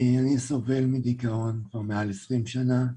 אני סובל מדיכאון כבר מעל 20 שנה.